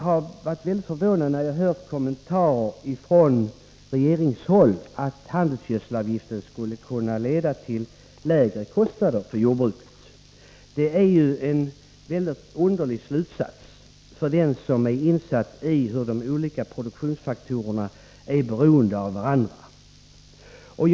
Jag är mycket förvånad när jag hört kommentarer från regeringshåll att handelsgödselavgiften skulle kunna leda till lägre kostnader för jordbruket. Den som är insatt i hur de olika produktionsfaktorerna är beroende av varandra måste tycka att det är en mycket underlig slutsats.